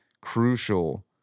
crucial